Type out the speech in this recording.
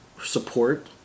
support